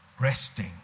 resting